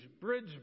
bridge